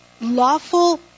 lawful